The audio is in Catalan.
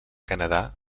canadà